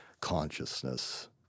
consciousness